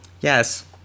Yes